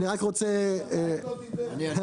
אני רוצה לדבר.